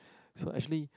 so actually